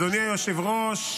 אדוני היושב-ראש,